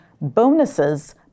bonuses